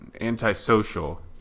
antisocial